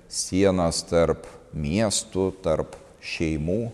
sienas tarp miestų tarp šeimų